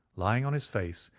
lying on his face,